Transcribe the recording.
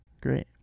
great